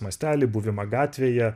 mastelį buvimą gatvėje